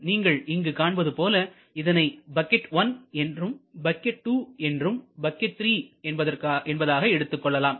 இங்கு நீங்கள் காண்பது போல இதனை பக்கெட் 1 என்றும் பக்கெட் 2 மற்றும் பக்கெட் 3 என்பதாக எடுத்துக் கொள்ளலாம்